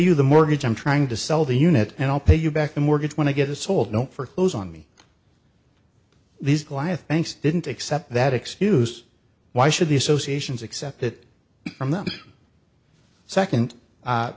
you the mortgage i'm trying to sell the unit and i'll pay you back the mortgage when i get it sold don't for clothes on me these quiet thanks didn't accept that excuse why should the associations accept it from the second a